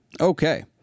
Okay